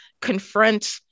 confront